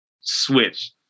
switch